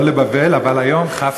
לא לבבל, אבל היום כ'